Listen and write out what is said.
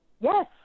Yes